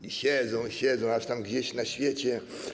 I siedzą... siedzą... aż tam gdzieś na świecie/